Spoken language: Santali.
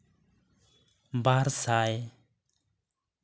ᱵᱟᱨ ᱥᱟᱭ